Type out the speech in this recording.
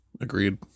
Agreed